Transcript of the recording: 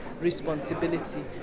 responsibility